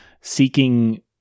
seeking